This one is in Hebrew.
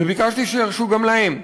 וביקשתי שירשו גם להם.